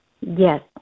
Yes